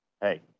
hey